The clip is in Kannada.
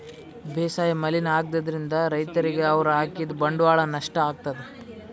ಬೇಸಾಯ್ ಮಲಿನ್ ಆಗ್ತದ್ರಿನ್ದ್ ರೈತರಿಗ್ ಅವ್ರ್ ಹಾಕಿದ್ ಬಂಡವಾಳ್ ನಷ್ಟ್ ಆಗ್ತದಾ